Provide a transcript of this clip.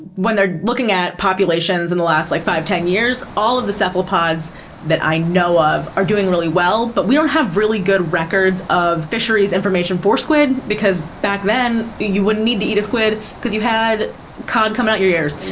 when they're looking at populations in the last like five, ten years, all of the cephalopods that i know of are doing really well, but we don't have really good records of fisheries information for squid, because back then you wouldn't need to eat a squid because you had cod coming out your ears.